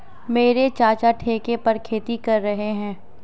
मेरे चाचा ठेके पर खेती कर रहे हैं